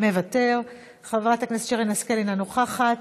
מוותר, חברת הכנסת שרן השכל, אינה נוכחת,